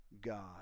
God